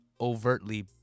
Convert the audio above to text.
overtly